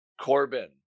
Corbin